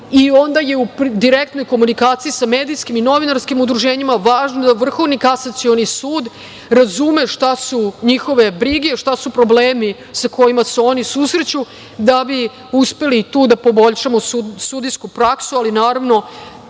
i onda je u direktnoj komunikaciji sa medijskim i novinarskim udruženjima važno da Vrhovni kasacioni sud razume šta su njihove brige, šta su problemi sa kojima se oni susreću, da bi uspeli tu da poboljšamo sudijsku praksu, ali naravno